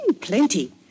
Plenty